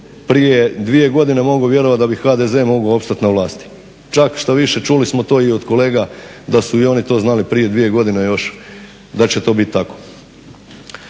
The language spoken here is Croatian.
prije dvije godine mogao vjerovati da bi HDZ mogao opstati na vlasti. čak što više čuli smo to i od kolega da su to i oni znali prije dvije godine da će to biti tako.